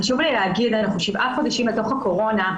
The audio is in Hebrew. חשוב לי להגיד, אנחנו שבעה חודשים בתוך הקורונה.